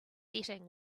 setting